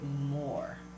more